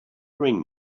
bring